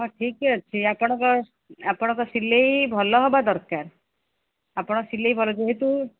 ହଁ ଠିକ୍ ଅଛି ଆପଣଙ୍କ ଆପଣଙ୍କ ସିଲେଇ ଭଲ ହେବା ଦରକାର ଆପଣଙ୍କ ସିଲେଇ ଭଲ ଯେହେତୁ